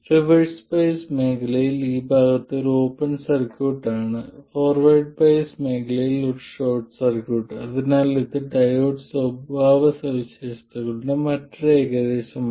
reverse bias മേഖലയിൽ ഈ ഭാഗത്ത് ഒരു ഓപ്പൺ സർക്യൂട്ട് ആണ് ഫോർവേഡ് ബയസ് മേഖലയിൽ ഒരു ഷോർട്ട് സർക്യൂട്ട് അതിനാൽ ഇത് ഡയോഡ് സ്വഭാവസവിശേഷതകളുടെ മറ്റൊരു ഏകദേശമാണ്